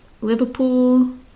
Liverpool